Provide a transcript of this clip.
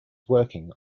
working